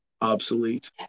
obsolete